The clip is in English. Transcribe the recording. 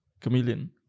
Chameleon